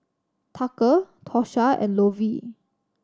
Tucker Tosha and Lovie